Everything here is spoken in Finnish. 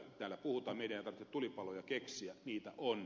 meidän ei tarvitse tulipaloja keksiä niitä on